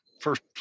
First